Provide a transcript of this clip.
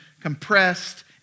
compressed